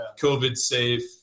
COVID-safe